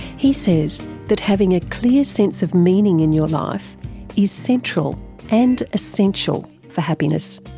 he says that having a clear sense of meaning in your life is central and essential for happiness.